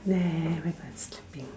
everybody sleeping